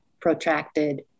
protracted